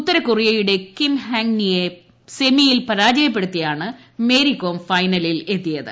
ഉത്തരകൊറിയയുടെ Kim Hang നിയെ സെമിയിൽ പരാജയപ്പെടുത്തിയാണ് മേരി കോം ഫൈനലിൽ എത്തിയത്